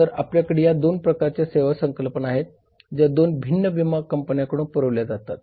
तर आपल्याकडे या 2 प्रकारच्या सेवा संकल्पना आहेत ज्या 2 भिन्न विमान कंपन्याकडून पुरविल्या जातात